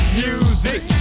music